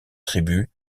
tribu